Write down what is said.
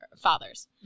fathers